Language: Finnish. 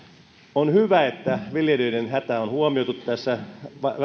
on hyvä että viljelijöiden hätä on huomioitu tässä